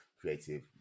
creative